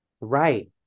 Right